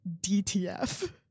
dtf